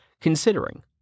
considering